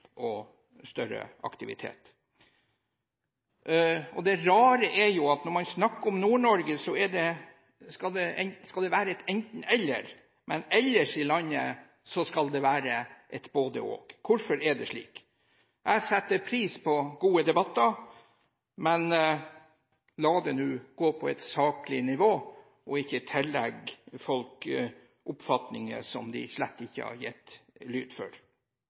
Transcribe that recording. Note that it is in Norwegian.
og større aktivitet. Det rare er at når man snakker om Nord-Norge, så skal det være et enten–eller, men ellers i landet skal det være et både–og. Hvorfor er det slik? Jeg setter pris på gode debatter, men la det nå gå på et saklig nivå og uten å tillegge folk oppfatninger som de slett ikke har gitt uttrykk for.